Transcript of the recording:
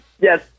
yes